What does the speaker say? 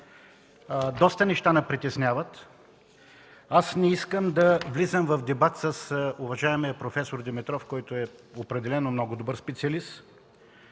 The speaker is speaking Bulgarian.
Доста неща ни притесняват. Аз не искам да влизам в дебат с уважаемия проф. Димитров, който определено е много добър специалист,